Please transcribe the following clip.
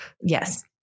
yes